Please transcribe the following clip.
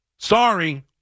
Sorry